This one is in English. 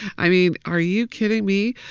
i mean, are you kidding me?